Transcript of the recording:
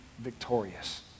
victorious